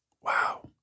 Wow